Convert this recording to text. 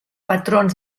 patrons